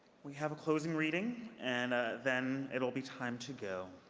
we have a closing reading. and then it will be time to go.